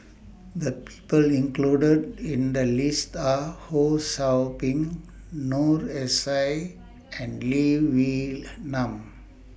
The People included in The list Are Ho SOU Ping Noor S I and Lee Wee Nam